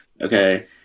okay